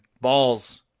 balls